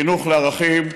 חינוך לערכים.